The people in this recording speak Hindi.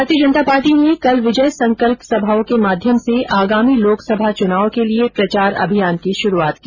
भारतीय जनता पार्टी ने कल विजय संकल्प सभाओं के माध्यम से आगामी लोकसभा चुनाव के लिये प्रचार अभियान की शुरूआत की